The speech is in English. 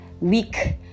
week